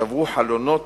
שברו חלונות,